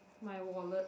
my wallet